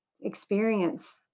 experience